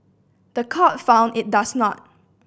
the court found it does not